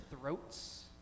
throats